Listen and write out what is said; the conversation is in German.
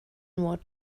nur